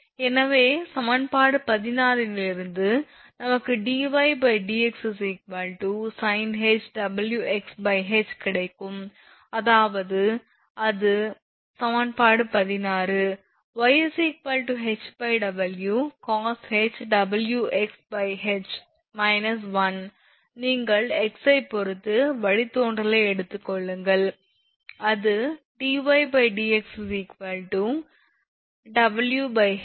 எனவே சமன்பாடு 16 இலிருந்து நமக்கு dydx sinh WxH கிடைக்கும் அதாவது இது சமன்பாடு 16 y HWcosh WxH − 1 நீங்கள் x ஐப் பொறுத்து வழித்தோன்றலை எடுத்துக் கொள்ளுங்கள் அது dydx WHHW sinhWxH